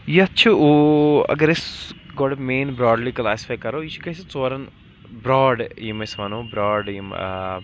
یَتھ چھِ اگر أسۍ گۄڈٕ مین برٛاڈلی کَلاسِفاے کَرو یہِ چھِ گژھِ ژورَن برٛاڈ یِم أسۍ وَنو برٛاڈ یِم